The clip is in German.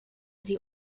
sie